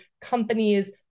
companies